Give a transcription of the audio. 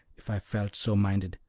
if i felt so minded,